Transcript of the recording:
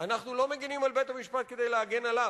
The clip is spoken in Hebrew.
אנחנו לא מגינים על בית-המשפט כדי להגן עליו,